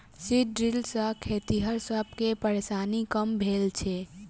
seed drill सॅ खेतिहर सब के परेशानी कम भेल छै